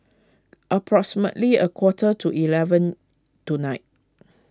approximately a quarter to eleven tonight